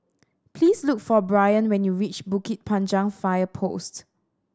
please look for Brien when you reach Bukit Panjang Fire Post